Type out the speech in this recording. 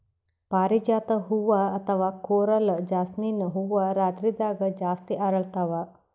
ಪಾರಿಜಾತ ಹೂವಾ ಅಥವಾ ಕೊರಲ್ ಜಾಸ್ಮಿನ್ ಹೂವಾ ರಾತ್ರಿದಾಗ್ ಜಾಸ್ತಿ ಅರಳ್ತಾವ